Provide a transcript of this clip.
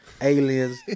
aliens